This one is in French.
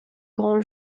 grand